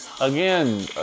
again